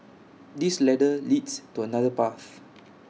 this ladder leads to another path